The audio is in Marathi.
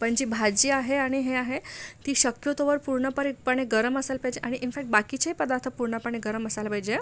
पण जी भाजी आहे आणि हे आहे ती शक्यतोवर पूर्णपणे पणे गरम असायला पाहिजे आणि इनफॅक्ट बाकीचे पदार्थ पूर्णपणे गरम असायला पाहिजे